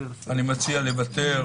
אני מציע לוותר.